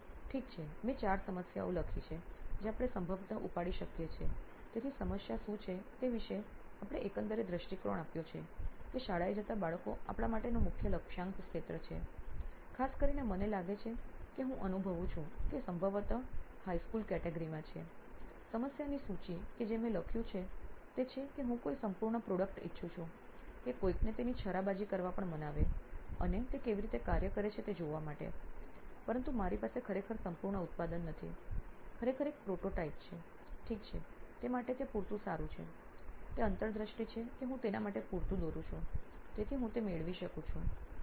પ્રાધ્યાપક ઠીક છે મેં 4 સમસ્યાઓ લખી છે જે આપણે સંભવત ઉપાડી શકીએ છીએ તેથી સમસ્યા શું છે તે વિશે આપણે એકંદરે દૃષ્ટિકોણ આપ્યો છે કે શાળાએ જતા બાળકો આપણા માટેનું મુખ્ય લક્ષ્યાંક ક્ષેત્ર છે ખાસ કરીને મને લાગે છે કે હું અનુભવું છું કે તમે સંભવત હાઇ સ્કૂલ કેટેગરીમાં છે સમસ્યાની સૂચિ કે જે મેં લખ્યું છે તે છે કે હું કોઈ સંપૂર્ણ પ્રોડક્ટ ઇચ્છું છું કે કોઈકને તેની છરાબાજી કરવા પણ મનાવે અને તે કેવી રીતે કાર્ય કરે છે તે જોવા માટે પરંતુ મારી પાસે ખરેખર સંપૂર્ણ ઉત્પાદન નથી ખરેખર એક પ્રોટોટાઇપ છે ઠીક છે તે માટે તે પૂરતું સારું છે તે અંતર્દૃષ્ટિ છે કે હું તેના માટે પૂરતું દોરું છું તેથી હું તે મેળવી શકું છું